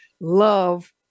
love